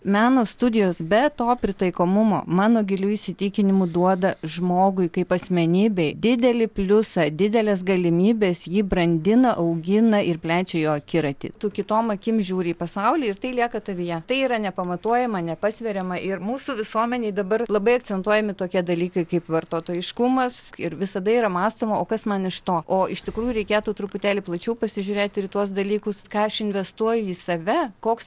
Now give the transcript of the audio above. meno studijos be to pritaikomumo mano giliu įsitikinimu duoda žmogui kaip asmenybei didelį pliusą didelės galimybės jį brandina augina ir plečia jo akiratį tu kitom akim žiūri į pasaulį ir tai lieka tavyje tai yra nepamatuojama nepasveriama ir mūsų visuomenėj dabar labai akcentuojami tokie dalykai kaip vartotojiškumas ir visada yra mąstoma o kas man iš to o iš tikrųjų reikėtų truputėlį plačiau pasižiūrėti ir į tuos dalykus ką aš investuoju į save koks